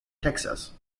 texas